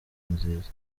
nziza